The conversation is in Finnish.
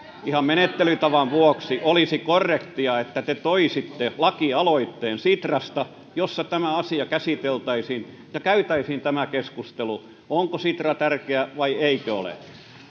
ihan menettelytavan vuoksi olisi korrektia että te toisitte lakialoitteen sitrasta jossa tämä asia käsiteltäisiin ja käytäisiin tämä keskustelu onko sitra tärkeä vai eikö ole